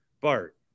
BART